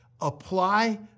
apply